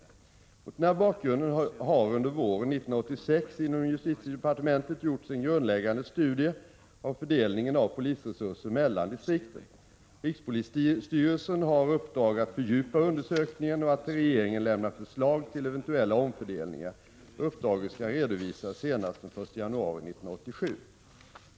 Mot denna bakgrund har under våren 1986 inom justitiedepartementet gjorts en grundläggande studie av fördelningen av polisresurser mellan polisdistrikten. Rikspolisstyrelsen har uppdrag att fördjupa undersökningen och att till regeringen lämna förslag till eventuella omfördelningar. Uppdraget skall redovisas senast den 1 januari 1987.